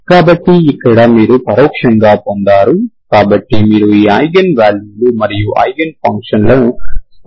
కాబట్టి ఇక్కడ మీరు పరోక్షంగా పొందారు కాబట్టి మీరు ఈ ఐగెన్ వాల్యూలు మరియు ఐగెన్ ఫంక్షన్లను స్పష్టంగా కనుగొనలేరు